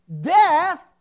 death